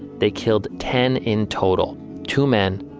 they killed ten in total two men,